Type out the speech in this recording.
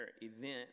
event